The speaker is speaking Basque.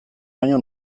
baino